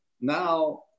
now